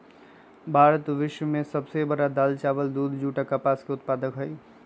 भारत विश्व के सब से बड़ दाल, चावल, दूध, जुट आ कपास के उत्पादक हई